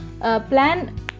plan